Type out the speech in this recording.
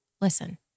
listen